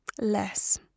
Less